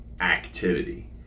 activity